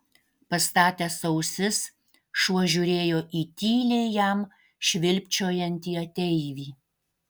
pastatęs ausis šuo žiūrėjo į tyliai jam švilpčiojantį ateivį